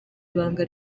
ibanga